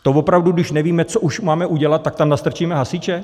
To opravdu když už nevíme, co máme udělat, tak tam nastrčíme hasiče?